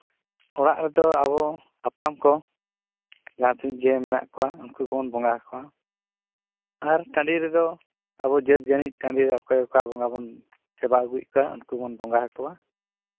ᱚᱲᱟᱜ ᱨᱮᱫᱚ ᱟᱵᱚ ᱦᱟᱯᱲᱟᱢ ᱠᱚ ᱡᱟᱦᱟᱸ ᱛᱤᱱᱟᱹᱜ ᱜᱮ ᱢᱮᱱᱟᱜ ᱠᱚᱣᱟ ᱩᱱᱠᱩ ᱠᱚᱵᱚᱱ ᱵᱚᱸᱜᱟ ᱟᱠᱚᱣᱟ ᱟᱨ ᱴᱟᱺᱰᱤ ᱨᱮᱫᱚ ᱟᱵᱚ ᱡᱟᱹᱛ ᱡᱟᱹᱱᱤᱡ ᱴᱟᱺᱰᱤ ᱨᱮ ᱚᱠᱚᱭ ᱚᱠᱟ ᱵᱚᱸᱜᱟ ᱵᱚᱱ ᱥᱮᱵᱟ ᱟᱹᱜᱩᱭᱮᱫ ᱠᱚᱣᱟ ᱩᱱᱠᱩ ᱵᱚᱱ ᱵᱚᱸᱜᱟ ᱟᱠᱚᱣᱟ